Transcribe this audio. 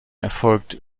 erfolgt